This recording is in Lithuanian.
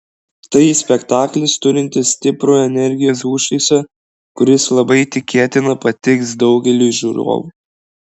tai spektaklis turintis stiprų energijos užtaisą kuris labai tikėtina patiks daugeliui žiūrovų